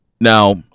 now